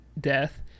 death